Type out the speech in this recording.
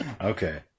Okay